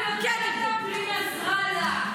כן ירבו בשונאי ישראל.